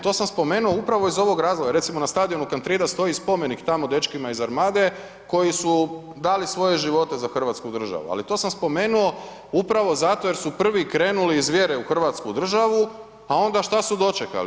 To sam spomenuo upravo iz ovog razloga, recimo na stadionu Kantrida stoji spomenik tamo dečkima iz Armade koji su dali svoje živote za Hrvatsku državu, ali to sam spomenuo upravo zato jer su prvi krenuli iz vjere u Hrvatsku državu, a onda šta su dočekali?